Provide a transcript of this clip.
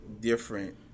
different